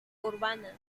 urbana